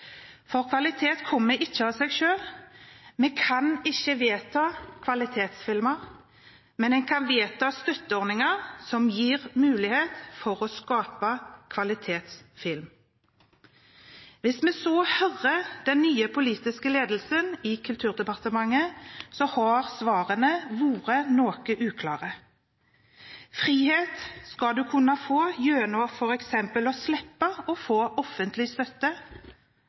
for kvalitet kommer ikke av seg selv. Vi kan ikke vedta kvalitetsfilmer, men vi kan vedta støtteordninger som gir mulighet for å skape kvalitetsfilm. Hvis vi så hører hvilke svar den nye politiske ledelsen i Kulturdepartementet gir, er det noe uklart. Frihet skal du få f.eks. gjennom å slippe å få offentlig støtte.